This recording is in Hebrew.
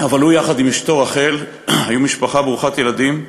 אבל הוא, יחד עם אשתו רחל, היו משפחה ברוכת ילדים,